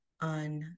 on